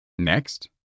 Next